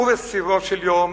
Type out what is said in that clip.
ובסיומו של יום